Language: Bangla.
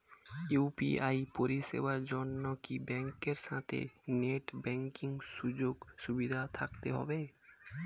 ইউ.পি.আই পরিষেবার জন্য কি ব্যাংকের সাথে নেট ব্যাঙ্কিং সুযোগ সুবিধা থাকতে হবে?